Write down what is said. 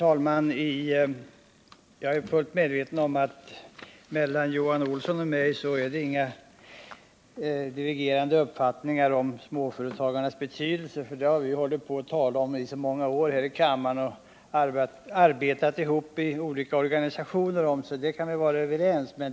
Herr talman! Johan Olsson och jag har inga divergerande uppfattningar om småföretagarnas betydelse. Det vet jag efter att ha diskuterat det med Johan Olsson i många år här i kammaren och efter att ha arbetat ihop med honom i olika organisationer.